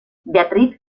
beatriz